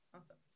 Awesome